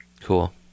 Cool